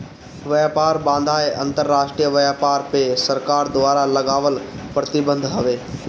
व्यापार बाधाएँ अंतरराष्ट्रीय व्यापार पअ सरकार द्वारा लगावल प्रतिबंध हवे